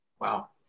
Wow